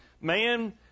man